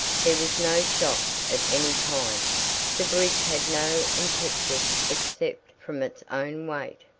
there was no shock of any kind the bridge had no impetus except from its own weight.